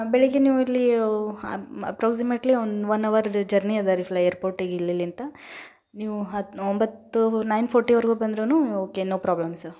ಬೆಳಗ್ಗೆ ನೀವು ಇಲ್ಲಿ approximately one one hour journey ಅದಾರಿ ಫ್ಲೇ ಏರ್ಪೋರ್ಟ್ಗೆ ಇಲ್ಲ ಇಲ್ಲಿಂತ ನೀವು ಹತ್ತು ಒಂಬತ್ತು ನೈನ್ ಫೋರ್ಟಿವರೆಗು ಬಂದರೂ ಓಕೆ ನೊ ಪ್ರಾಬ್ಲಮ್ ಸರ್